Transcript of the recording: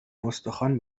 استخوان